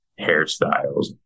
hairstyles